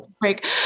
break